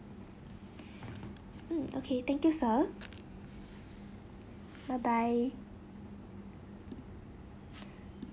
mm okay thank you sir bye bye